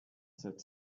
that